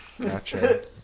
Gotcha